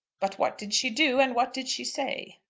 but what did she do, and what did she say?